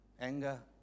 anger